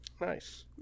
nice